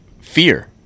fear